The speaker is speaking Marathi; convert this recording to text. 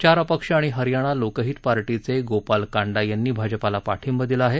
चार अपक्ष आणि हरयाणा लोकहित पार्टीचे गोपाल कांडा यांनी भाजपाला पाठिंबा दिला आहे